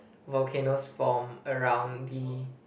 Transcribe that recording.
volcanoes form around the